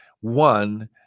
One